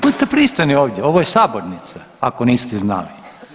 Budite pristojni ovdje, ovo je sabornica, ako niste znali.